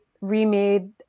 remade